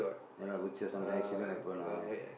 ya lah butcher sometimes accident happen lah